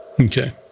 Okay